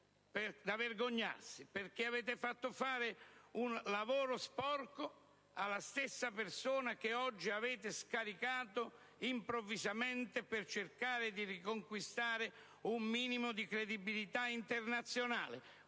perché avete fatto fare un lavoro sporco alla stessa persona che oggi avete scaricato improvvisamente per cercare di riconquistare un minimo di credibilità internazionale;